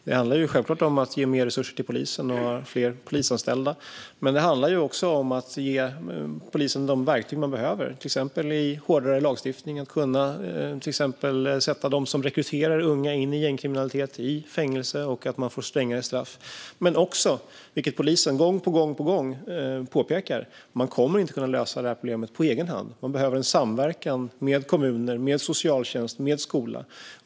Det handlar självfallet om att ge mer resurser till polisen och få fler polisanställda, men det handlar också om att ge polisen de verktyg man behöver, till exempel hårdare lagstiftning för att kunna sätta dem som rekryterar unga in i gängkriminalitet i fängelse och ge strängare straff. Men som polisen gång på gång påpekar kommer man inte att kunna lösa detta problem på egen hand, utan man behöver en samverkan med kommuner, socialtjänst och skola.